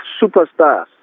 superstars